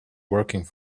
working